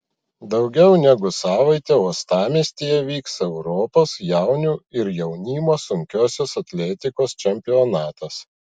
daugiau negu savaitę uostamiestyje vyks europos jaunių ir jaunimo sunkiosios atletikos čempionatas